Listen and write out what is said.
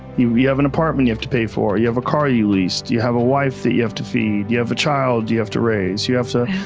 you you have an apartment you have to pay for. you have a car you you leased. you have a wife you have to feed. you have a child you have to raise. you have to.